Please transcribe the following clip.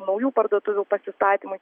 naujų parduotuvių pasistatymui